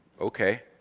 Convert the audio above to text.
Okay